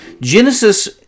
Genesis